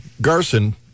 Garson